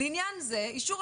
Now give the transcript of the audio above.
לתפיסתנו מה שנקבע